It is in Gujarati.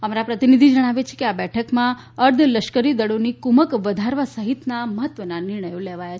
અમારા પ્રતિનિધી જણાવે છે કે આ બેઠકમાં અર્ધલશ્કરી દળોની કુમક વધારવા સહિતનાં મહત્વનાં નિર્ણયો લેવાયા છે